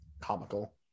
Comical